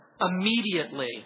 immediately